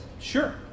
Sure